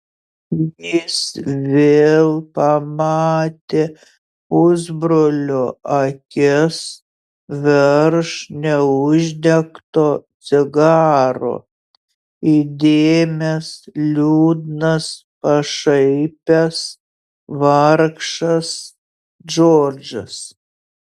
jis vėl pamatė pusbrolio akis virš neuždegto cigaro įdėmias liūdnas pašaipias vargšas džordžas